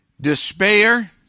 Despair